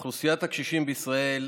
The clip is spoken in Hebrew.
אוכלוסיית הקשישים בישראל,